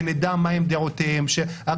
הנשיאה חיות או